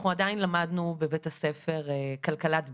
עדיין למדנו בבית הספר "כלכלת בית",